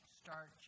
start